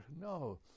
no